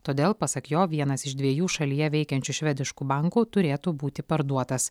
todėl pasak jo vienas iš dviejų šalyje veikiančių švediškų bankų turėtų būti parduotas